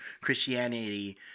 Christianity